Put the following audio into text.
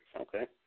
Okay